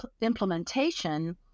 implementation